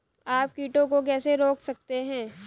आप कीटों को कैसे रोक सकते हैं?